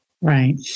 right